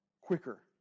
quicker